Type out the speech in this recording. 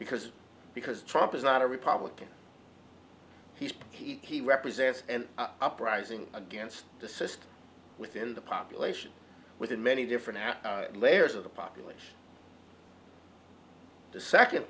because because trump is not a republican he he he represents an uprising against the system within the population within many different layers of the population the second